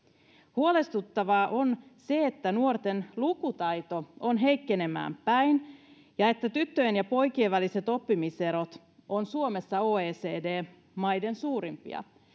huolestuttavaa on se että nuorten lukutaito on heikkenemään päin ja että tyttöjen ja poikien väliset oppimiserot ovat suomessa oecd maiden suurimpia